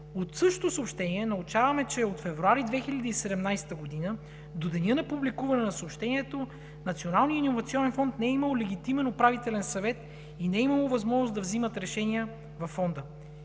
От същото съобщение научаваме, че от февруари 2017 г. до деня на публикуване на съобщението Националният иновационен фонд не е имал легитимен управителен съвет и не е имало възможност да се взимат решения във Фонда.